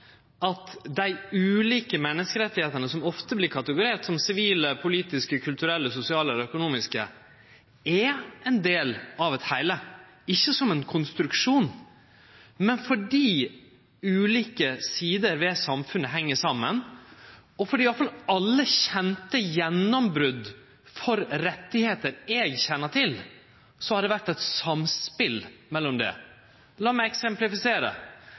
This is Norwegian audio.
talarar. Dei ulike menneskerettane som ofte vert kategoriserte som sivile, politiske, kulturelle, sosiale og økonomiske, er ein del av ein heilskap, ikkje ein konstruksjon, fordi ulike sider ved samfunnet heng saman, og når det gjeld alle kjende gjennombrot for rettar eg kjenner til, så har det vore eit samspel mellom dei. La meg eksemplifisere.